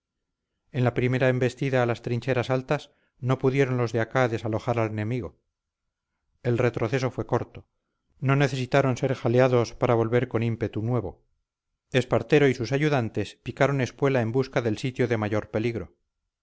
en la primera embestida a las trincheras altas no pudieron los de acá desalojar al enemigo el retroceso fue corto no necesitaron ser jaleados para volver con ímpetu nuevo espartero y sus ayudantes picaron espuela en busca del sitio de mayor peligro